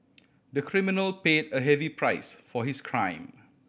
the criminal paid a heavy price for his crime